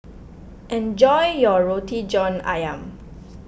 enjoy your Roti John Ayam